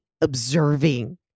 observing